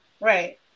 Right